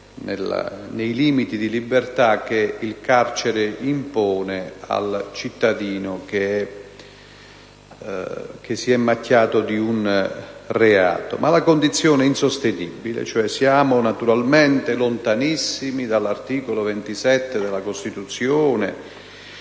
nei limiti di libertà che il carcere impone, al cittadino che si è macchiato di un reato. Ma la condizione è insostenibile. Siamo cioè lontanissimi dall'articolo 27 della Costituzione,